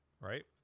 right